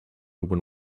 when